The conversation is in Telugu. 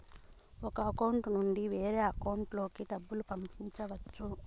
ఒక అకౌంట్ నుండి వేరొక అకౌంట్ లోకి డబ్బులు పంపించవచ్చు